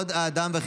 53 בעד, 26 מתנגדים.